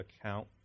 account